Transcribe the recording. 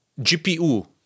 GPU